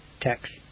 text